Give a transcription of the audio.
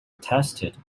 attested